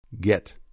Get